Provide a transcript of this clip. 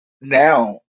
Now